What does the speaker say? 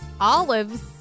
olives